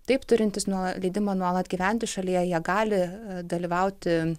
taip turintys nuo leidimą nuolat gyventi šalyje jie gali dalyvauti